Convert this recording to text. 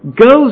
goes